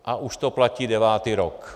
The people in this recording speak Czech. A už to platí devátý rok.